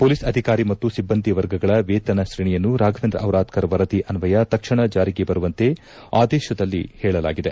police ಅಧಿಕಾರಿ ಮತ್ತು ಸಿಬ್ಬಂದಿ ವರ್ಗಗಳ ವೇತನ ತ್ರೇಣಿಯನ್ನು ರಾಘವೇಂದ್ರ ದಿರಾದ್ಧರ್ ವರದಿಯನ್ವಯ ತಕ್ಷಣ ಜಾರಿಗೆ ತರುವಂತೆ ಆದೇಶದಲ್ಲಿ ಹೇಳಲಾಗಿದೆ